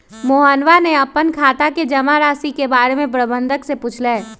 मोहनवा ने अपन खाता के जमा राशि के बारें में प्रबंधक से पूछलय